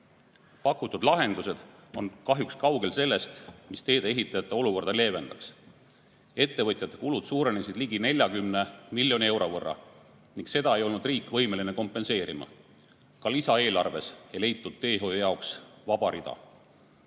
olukord. Pakutud lahendused on kahjuks kaugel sellest, mis tee-ehitajate olukorda leevendaks. Ettevõtjate kulud suurenesid ligi 40 miljoni euro võrra ning seda ei olnud riik võimeline kompenseerima. Ka lisaeelarves ei leitud teehoiu jaoks vaba rida.